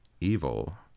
evil